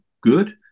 good